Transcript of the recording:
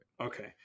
Okay